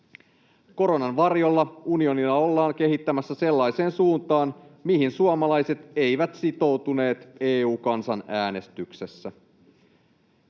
Koronan varjolla unionia ollaan kehittämässä sellaiseen suuntaan, mihin suomalaiset eivät sitoutuneet EU-kansanäänestyksessä.